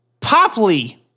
Poply